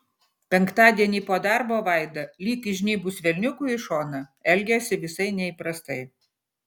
penktadienį po darbo vaida lyg įžnybus velniukui į šoną elgėsi visai neįprastai